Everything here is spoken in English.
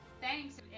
thanks